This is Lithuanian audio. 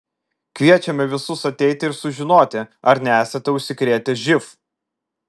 kviečiame visus ateiti ir sužinoti ar nesate užsikrėtę živ